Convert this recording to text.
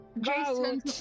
Jason